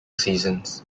seasons